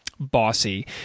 bossy